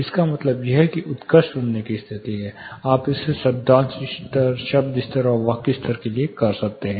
इसका मतलब है कि यह एक उत्कृष्ट सुनने की स्थिति है आप इसे शब्दांश स्तर शब्द स्तर और वाक्य स्तर के लिए कर सकते हैं